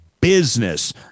business